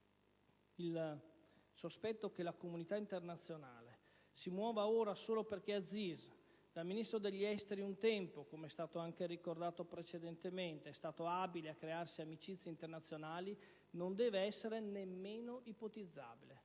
Il sospetto che la comunità internazionale si muova ora solo perché Aziz, da Ministro degli esteri un tempo, come è stato ricordato in precedenza, è stato abile a crearsi amicizie internazionali, non deve essere nemmeno ipotizzabile,